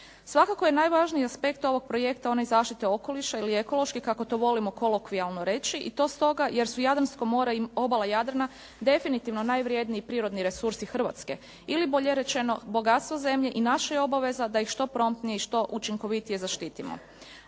Svakako je najvažniji aspekt ovog projekta onaj iz zaštite okoliša ili ekološki kako to volimo kolokvijalno reći i to stoga jer su Jadransko more i obala Jadrana definitivno najvrijedniji prirodni resursi Hrvatske. Ili bolje rečeno bogatstvo zemlje i naša je obaveza da ih što promptnije i što učinkovitije zaštitimo.